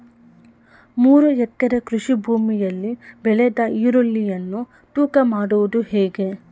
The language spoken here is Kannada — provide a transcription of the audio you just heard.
ಮೂರು ಎಕರೆ ಕೃಷಿ ಭೂಮಿಯಲ್ಲಿ ಬೆಳೆದ ಈರುಳ್ಳಿಯನ್ನು ತೂಕ ಮಾಡುವುದು ಹೇಗೆ?